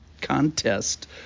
contest